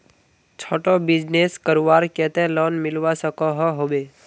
छोटो बिजनेस करवार केते लोन मिलवा सकोहो होबे?